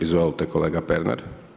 Izvolte kolega Pernar.